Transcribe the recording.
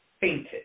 fainted